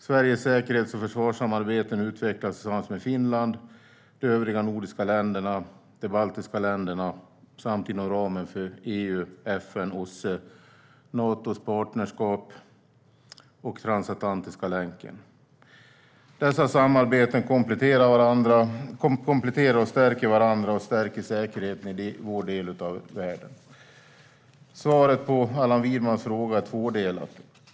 Sveriges säkerhets och försvarssamarbeten utvecklas tillsammans med Finland, de övriga nordiska länderna och de baltiska länderna, samt - inom ramen för EU - med FN, OSSE, Natos partnerskap och den transatlantiska länken. Dessa samarbeten kompletterar och stärker varandra och stärker säkerheten i vår del av världen. Svaret på Allan Widmans fråga är tvådelat.